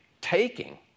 taking